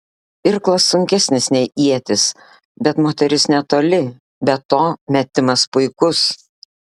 irklas sunkesnis nei ietis bet moteris netoli be to metimas puikus